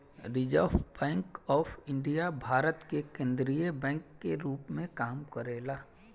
reserve Bank of India Bharat के केंद्रीय bank के रूप में काम करेला